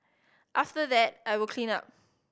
after that I will clean up